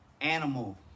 animal